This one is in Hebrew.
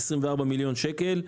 24 מיליון שקלים.